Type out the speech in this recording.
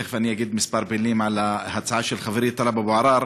ותכף אני אגיד כמה מילים על ההצעה של חברי טלב אבו עראר,